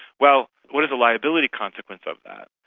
well, what is the liability consequence of that?